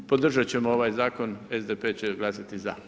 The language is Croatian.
Podržati ćemo ovaj zakon, SDP će glasati za.